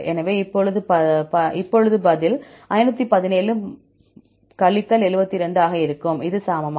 எனவே இப்போது பதில் 517 72 ஆக இருக்கும் இது சமமா